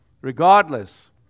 Regardless